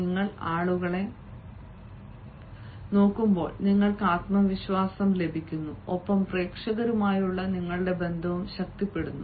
നിങ്ങൾ ആളുകളെ നോക്കുമ്പോൾ നിങ്ങൾക്ക് ആത്മവിശ്വാസം ലഭിക്കുന്നു ഒപ്പം പ്രേക്ഷകരുമായുള്ള നിങ്ങളുടെ ബന്ധവും ശക്തിപ്പെടുന്നു